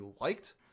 liked